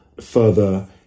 further